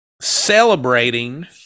celebrating